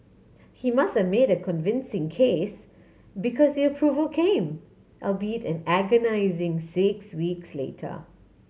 he must have made a convincing case because the approval came albeit an agonising six weeks later